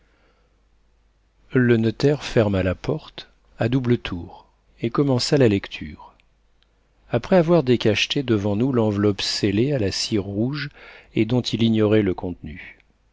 le notaire ferma la porte à double tour et commença la lecture après avoir décacheté devant nous l'enveloppe scellée à la cire rouge et dont il ignorait le contenu